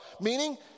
meaning